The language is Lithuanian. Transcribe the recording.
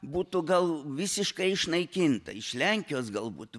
būtų gal visiškai išnaikinta iš lenkijos galbūt